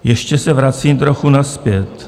Ještě se vracím trochu nazpět.